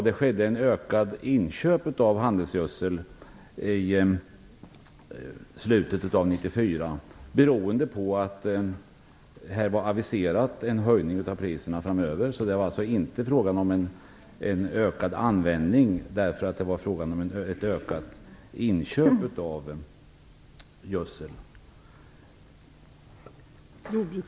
Det skedde ett ökat inköp av handelsgödsel i slutet av 1994. Det berodde på att det var aviserat en höjning av priserna framöver. Det var alltså inte frågan om en ökad användning, utan ett ökat inköp av gödsel.